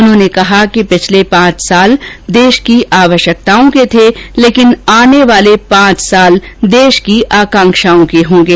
उन्होंने कहा कि पिछले पांच साल देश की आवश्यकताओं के थे लेकिन आने वाले पांच साल देश की आकांक्षाओं के होंगे